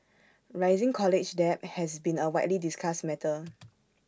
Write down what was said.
rising college debt has been A widely discussed matter